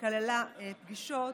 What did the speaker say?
שכללה פגישות,